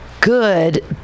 good